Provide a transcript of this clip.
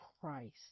Christ